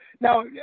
now